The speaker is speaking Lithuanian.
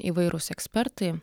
įvairūs ekspertai